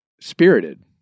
Spirited